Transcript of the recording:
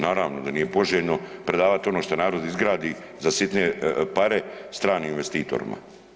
Naravno da nije poželjno predavat ono što narod izgradi za sitne pare stranim investitorima.